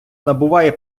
набуває